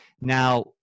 Now